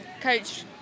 coach